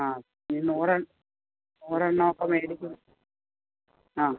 ആ ഈ നൂറ് നൂറ് എണ്ണം അപ്പോൾ മേടിക്കും ആ